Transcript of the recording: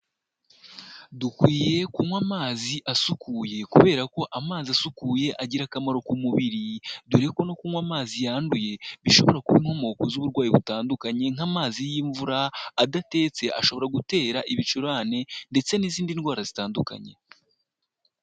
Dukwiye kunywa amazi asukuye kubera ko amazi asukuye agira akamaro ku mubiri, dore ko no kunywa amazi yanduye bishobora kuba inkomoko z'uburwayi butandukanye, nk'amazi y'imvura, adatetse, ashobora gutera ibicurane ndetse n'izindi ndwara zitandukanye.